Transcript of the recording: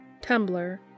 Tumblr